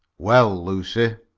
well, lucy,